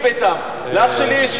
לאח שלי יש שישה ילדים,